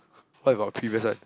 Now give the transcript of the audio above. what about previous one